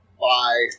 Bye